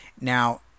Now